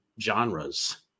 genres